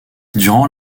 durant